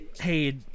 hey